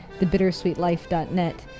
thebittersweetlife.net